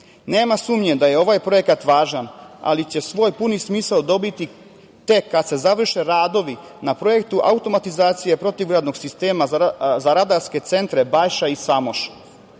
sumnje da je ovaj projekat važan, ali će svoj puni smisao dobiti tek kada se završe radovi na projektu automatizacije protivgradnog sistema za radarske centre Bajša i Samoš. Šta